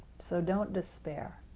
so don't despair,